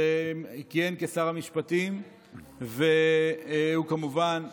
שכיהן כשר המשפטים והוא כמובן מומחה,